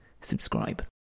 subscribe